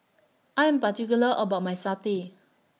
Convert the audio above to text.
I Am particular about My Satay